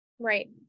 right